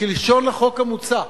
כלשון החוק המוצע,